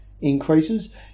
increases